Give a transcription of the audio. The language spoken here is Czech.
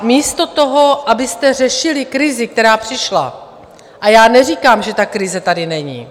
Místo toho, abyste řešili krizi, která přišla a já neříkám, že ta krize tady není...